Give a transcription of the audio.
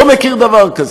לא מכיר דבר כזה.